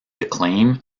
acclaim